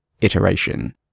iteration